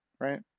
Right